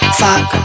fuck